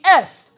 earth